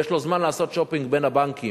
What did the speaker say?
ויש לו זמן לעשות שופינג בין הבנקים.